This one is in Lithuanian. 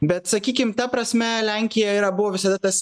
bet sakykim ta prasme lenkija yra buvo visada tas